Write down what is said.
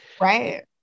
right